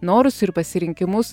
norus ir pasirinkimus